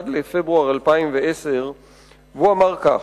1 בפברואר 2010. הוא אמר כך: